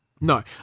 No